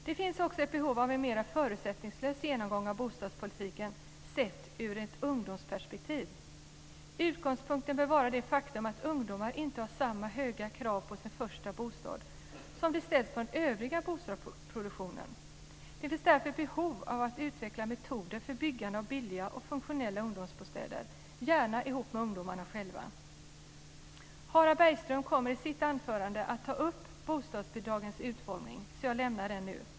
Det finns också ett behov av en mer förutsättningslös genomgång av bostadspolitiken sett ur ett ungdomsperspektiv. Utgångspunkten bör vara det faktum att ungdomar inte har samma höga krav på sin första bostad som de krav som ställs på övrig bostadsproduktion. Det finns därför ett behov av att utveckla metoder för byggande av billiga och funktionella ungdomsbostäder - gärna ihop med ungdomarna. Harald Bergström kommer i sitt anförande att ta upp bostadsbidragens utformning. Jag lämnar den frågan nu.